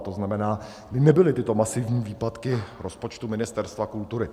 To znamená, nebyly tyto masivní výpadky rozpočtu Ministerstva kultury.